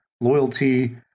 loyalty